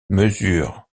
mesure